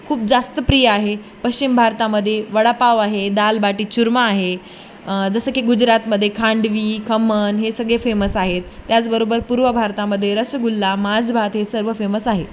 खूप जास्त प्रिय आहे पश्चिम भारतामध्ये वडापाव आहे दालबाटी चुरमा आहे जसं की गुजरातमध्ये खांडवी खमण हे सगळे फेमस आहेत त्याचबरोबर पूर्व भारतामध्ये रसगुल्ला मांसभात हे सर्व फेमस आहे